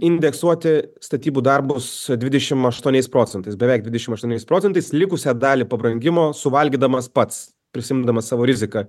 indeksuoti statybų darbus dvidešim aštuoniais procentais beveik dvidešim aštuoniais procentais likusią dalį pabrangimo suvalgydamas pats prisiimdamas savo riziką